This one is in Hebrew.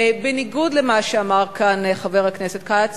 בניגוד למה שאמר כאן חבר הכנסת כץ,